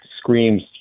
screams